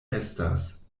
estas